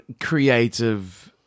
creative